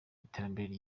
iterambere